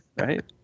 Right